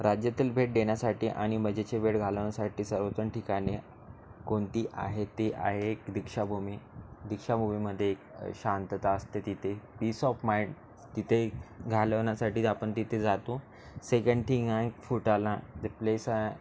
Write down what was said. राज्यातील भेट देण्यासाठी आणि मजेचे वेळ घालवण्यासाठी सर्वोत्तम ठिकाणे कोणती आहे ते आहे एक दीक्षाभूमी दीक्षाभूमीमध्ये एक शांतता असते तिथे पीस ऑफ माइण तिथे घालवण्यासाठीच आपण तिथे जातो सेकेंड थिंग आहे फुटाला ते प्लेस आहे